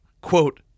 quote